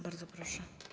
Bardzo proszę.